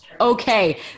okay